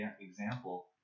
example